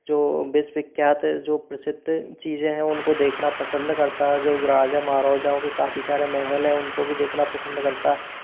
जो विश्व विख्यात जो प्रसिद्ध चीज़ें हैं उनको देखना पसंद करता जो राजा महाराजाओं के काफ़ी सारे महल हैं उनको भी देखना पसंद करता